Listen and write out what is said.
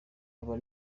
aba